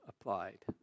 applied